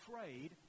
afraid